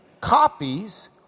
Copies